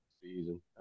season